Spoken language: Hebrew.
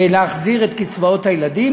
להחזיר את קצבאות הילדים,